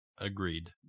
Agreed